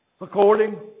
according